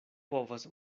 povas